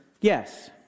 yes